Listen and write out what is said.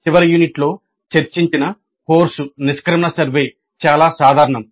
చివరి యూనిట్లో చర్చించిన కోర్సు నిష్క్రమణ సర్వే చాలా సాధారణం